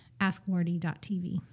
AskWardy.tv